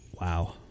Wow